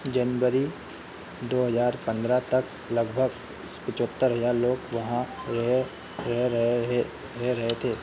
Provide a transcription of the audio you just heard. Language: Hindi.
जनवरी दो हजार पंद्रह तक लगभग पचहत्तर हजार लोग वहाँ रह रह रहे है रह रहे थे